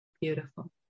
beautiful